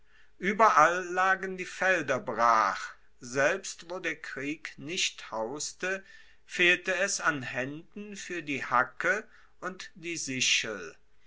ueberall lagen die felder brach selbst wo der krieg nicht hauste fehlte es an haenden fuer die hacke und die sichel